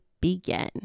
begin